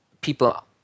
people